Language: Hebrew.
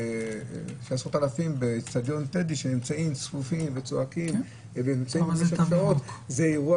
של עשרות אלפים באצטדיון שנמצאים צפופים וצועקים ונמצאים שם שעות זה אירוע